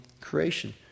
creation